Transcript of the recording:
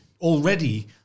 already